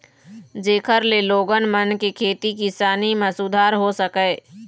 जेखर ले लोगन मन के खेती किसानी म सुधार हो सकय